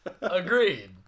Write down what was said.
agreed